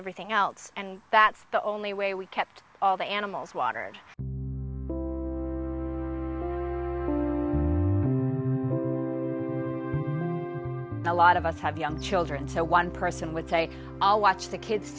everything else and that's the only way we kept all the animals watered a lot of us have young children so one person would say i'll watch the kids